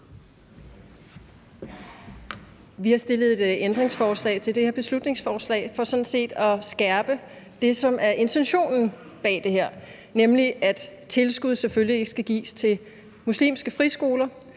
Vi har stillet et ændringsforslag til det her beslutningsforslag for sådan set at skærpe det, som er intentionen bag det her, nemlig at tilskud selvfølgelig ikke skal gives til muslimske friskoler.